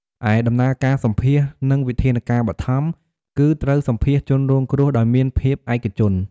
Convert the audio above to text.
ឯដំណើរការសម្ភាសន៍ និងវិធានការបឋម គឺត្រូវសម្ភាសន៍ជនរងគ្រោះដោយមានភាពឯកជន។